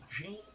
Jean